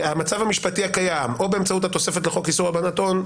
המצב המשפטי הקיים או באמצעות התוספת לחוק איסור הלבנת הון,